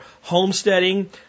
homesteading